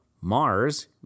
Mars